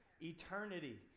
eternity